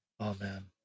Amen